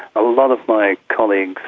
a lot of my colleagues,